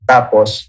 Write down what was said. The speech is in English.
Tapos